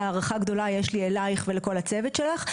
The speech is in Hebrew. הערכה גדולה יש לי אליך ולכל הצוות שלך.